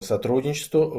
сотрудничеству